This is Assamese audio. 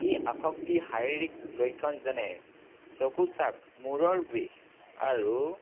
ই আশক্তি শাৰীৰিক লক্ষণ যেনে চকুচাপ মূৰৰ বিষ আৰু